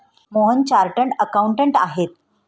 Mohan chartered accountant आहेत